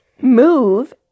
move